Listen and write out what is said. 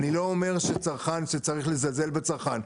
אני לא אומר שצריך לצלצל בצרכן,